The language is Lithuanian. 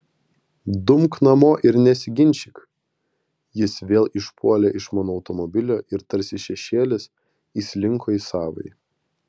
dumk namo ir nesiginčyk jis vėl išpuolė iš mano automobilio ir tarsi šešėlis įslinko į savąjį